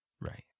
Right